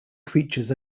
creatures